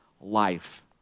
life